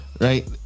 right